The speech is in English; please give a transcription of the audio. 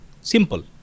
Simple